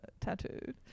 tattooed